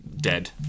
dead